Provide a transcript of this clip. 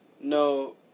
No